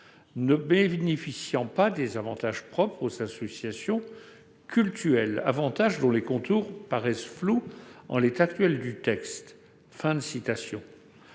ne bénéficiant pas des avantages propres aux associations cultuelles- avantages dont les contours paraissent flous en l'état actuel du texte. »